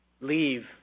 leave